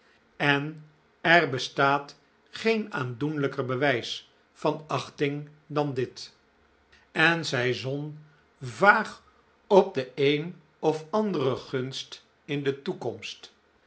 en zij zon vaag op de een of andere gunst in de toekomst